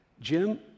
Jim